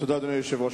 תודה, אדוני היושב-ראש.